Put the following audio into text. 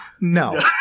No